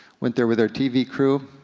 went there with our tv crew.